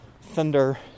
thunder